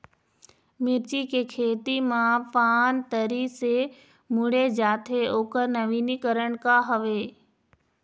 मिर्ची के खेती मा पान तरी से मुड़े जाथे ओकर नवीनीकरण का हवे?